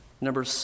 number